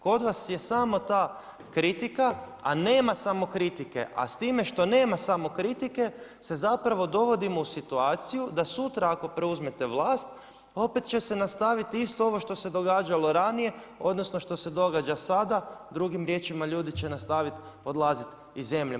Kod vas je samo ta kritika a nema samokritike, a s time što nema samokritike se zapravo dovodimo u situaciju da sutra ako preuzmete vlast opet će se nastaviti isto ovo što se događalo ranije odnosno što se događa sada, drugim riječima ljudi će nastaviti odlazit iz zemlje.